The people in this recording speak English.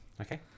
Okay